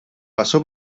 pasó